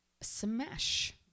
smash